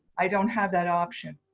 i don't have that option.